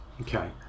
Okay